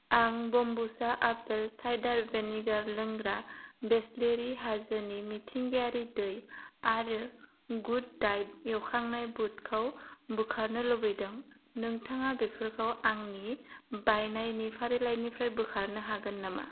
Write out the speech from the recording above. आं ब'म्बुचा apple cider vinegar लोंग्रा बिसलेरि हाजोनि मिथिंगायारि दै आरो गुड डायेट एवखांनाय बुद खौ बोखारनो लुबैदों नोंथाङा बेफोरखौ आंनि बायनायनि फारिलाइनिफ्राय बोखारनो हागोन नामा